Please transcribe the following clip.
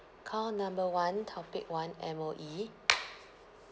call number one topic one M_O_E